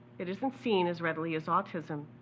it isn't seen as readily as autism.